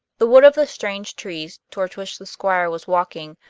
the wood of the strange trees, toward which the squire was walking,